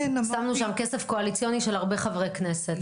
שמנו שם כסף קואליציוני של הרבה חברי כנסת.